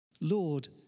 Lord